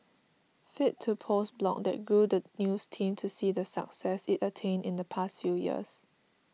fit to post blog that grew the news team to see the success it attained in the past few years